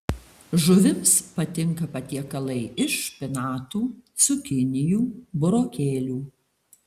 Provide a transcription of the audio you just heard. žuvims patinka patiekalai iš špinatų cukinijų burokėlių